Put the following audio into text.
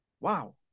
Wow